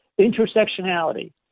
intersectionality